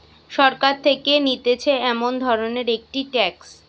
সরকার থেকে নিতেছে এমন ধরণের একটি ট্যাক্স